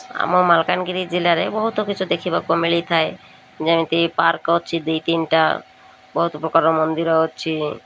ଆମ ମାଲକାନଗିରି ଜିଲ୍ଲାରେ ବହୁତ କିଛି ଦେଖିବାକୁ ମିଳିଥାଏ ଯେମିତି ପାର୍କ୍ ଅଛି ଦୁଇ ତିନିଟା ବହୁତ ପ୍ରକାର ମନ୍ଦିର ଅଛି